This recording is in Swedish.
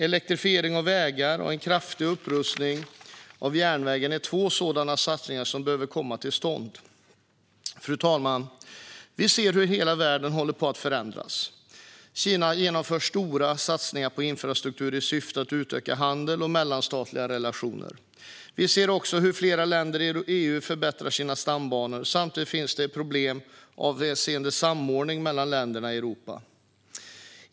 Elektrifiering av vägar och en kraftig upprustning av järnvägen är två sådana satsningar som behöver komma till stånd. Fru talman! Vi ser hur hela världen håller på att förändras. Kina genomför stora satsningar på infrastruktur i syfte att utöka handel och mellanstatliga relationer. Vi ser också hur flera länder i EU förbättrar sina stambanor. Samtidigt finns problem avseende samordningen mellan länderna i Europa.